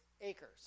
acres